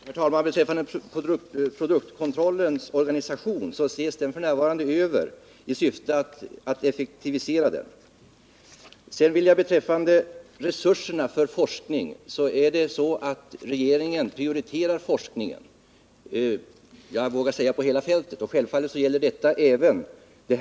Herr talman! Produktkontrollnämndens organisation ses f. n. över i syfte att effektivisera den. Jag vill beträffande resurserna för forskning framhålla att regeringen prioriterar forskningen — på hela fältet, vågar jag säga. Det gäller självfallet även detta område.